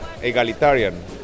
egalitarian